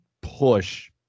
push